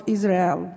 Israel